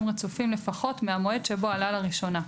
רצופים לפחות מהמועד שבו עלה לראשונה,